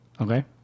okay